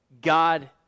God